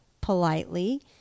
politely